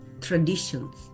traditions